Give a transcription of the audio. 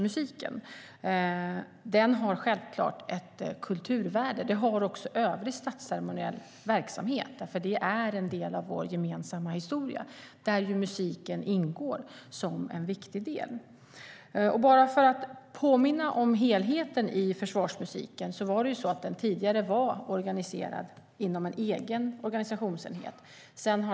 Den har självklart ett kulturvärde. Det har också övrig statsceremoniell verksamhet. Det är en del av vår gemensamma historia, där musiken ingår som en viktig del. Låt mig påminna om helheten i försvarsmusiken. Den var tidigare organiserad inom en egen organisationsenhet.